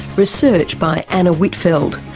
research by anna whitfeld,